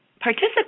participate